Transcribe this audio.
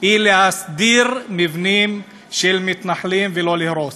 היא להסדיר מבנים של מתנחלים ולא להרוס,